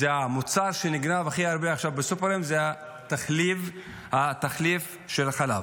המוצר שנגנב עכשיו הכי הרבה בסופרים זה התחליף של החלב.